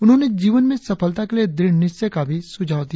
उन्होंने जीवन में सफलता के लिए दृड़ निश्चय का भी सुझाव दिया